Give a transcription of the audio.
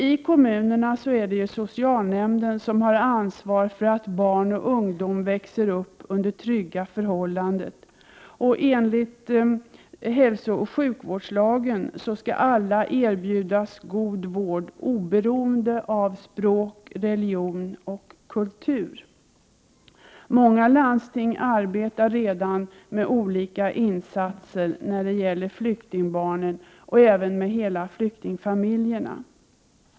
I kommunerna är det socialnämnden som har ansvar för att barn och ungdom växer upp under trygga förhållanden. Enligt hälsooch sjukvårdslagen skall alla erbjudas god vård, oberoende av språk, religion och kultur. Många landsting arbetar redan med olika insatser när det gäller flyktingbarnen och även med hela flyktingfamiljerna.